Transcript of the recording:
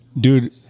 Dude